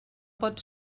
pot